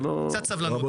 קצת סבלנות,